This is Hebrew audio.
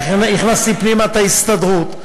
כי הכנסתי פנימה את ההסתדרות,